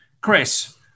Chris